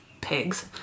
pigs